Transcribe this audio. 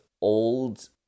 old